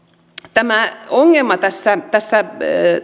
tämä ongelma